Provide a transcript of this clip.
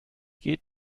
geht